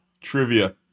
trivia